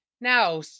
Now